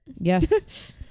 Yes